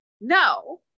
no